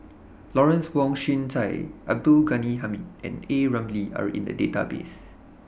Lawrence Wong Shyun Tsai Abdul Ghani Hamid and A Ramli Are in The Database